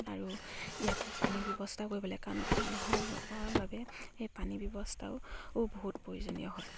আৰু ইয়াত পানীৰ ব্যৱস্থা কৰিব লাগে কাৰণ মানুহৰ বাবে সেই পানীৰ ব্যৱস্থাও বহুত প্ৰয়োজনীয় হয়